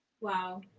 Wow